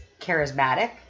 charismatic